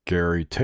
Gary